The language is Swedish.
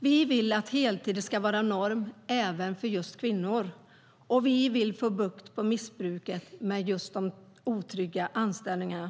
Vi vill att heltid ska vara norm, även för kvinnor, och vi vill få bukt med missbruket av otrygga anställningsformer.